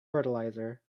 fertilizer